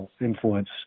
influence